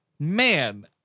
man